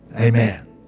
Amen